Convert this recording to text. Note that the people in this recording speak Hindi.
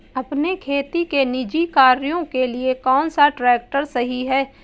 अपने खेती के निजी कार्यों के लिए कौन सा ट्रैक्टर सही है?